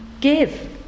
give